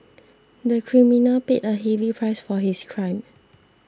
the criminal paid a heavy price for his crime